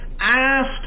asked